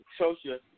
Social